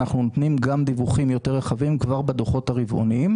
אנחנו נותנים גם דיווחים יותר רחבים כבר בדוחות הרבעוניים.